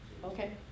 okay